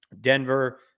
Denver